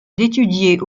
d’étudier